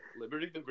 Liberty